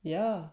yeah